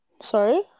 Sorry